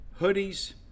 hoodies